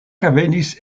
revenis